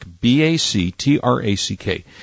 B-A-C-T-R-A-C-K